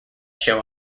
show